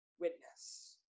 witness